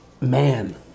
Man